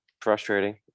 frustrating